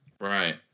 Right